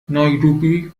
نایروبی